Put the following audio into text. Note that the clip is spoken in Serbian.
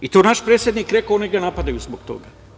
I to je naš predsednik rekao i oni ga napadaju zbog toga.